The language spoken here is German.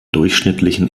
durchschnittlichen